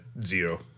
zero